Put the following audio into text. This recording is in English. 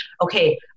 okay